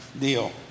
deal